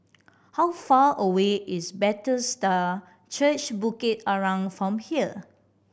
how far away is Bethesda Church Bukit Arang from here